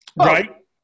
Right